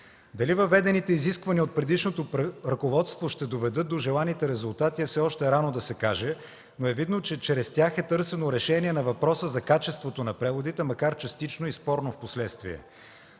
Дали въведените изисквания от предишното ръководство ще доведат до желаните резултати е все още рано да се каже, но е видно, че чрез тях е търсено решение на въпроса за качеството на преводите, макар частично и спорно последствие.